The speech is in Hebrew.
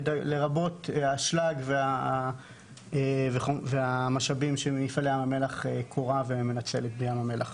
לרבות אשלג ומשאבים שמפעלי ים המלח כורים ומנצלים בים המלח.